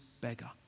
beggar